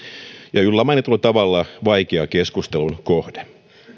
ja juuri mainitulla tavalla vaikea keskustelun kohde